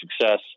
success